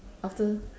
after